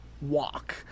walk